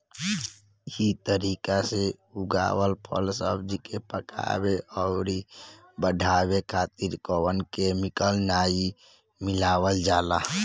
इ तरीका से उगावल फल, सब्जी के पकावे अउरी बढ़ावे खातिर कवनो केमिकल नाइ मिलावल जाला